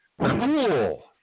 Cool